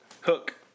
Hook